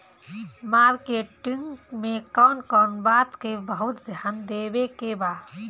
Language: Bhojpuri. मार्केटिंग मे कौन कौन बात के बहुत ध्यान देवे के बा?